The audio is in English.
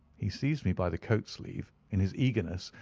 he seized me by the coat-sleeve in his eagerness,